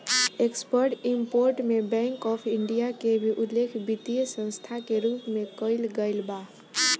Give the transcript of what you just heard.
export import में bank of India के भी उल्लेख वित्तीय संस्था के रूप में कईल गईल बा